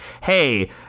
hey